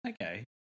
okay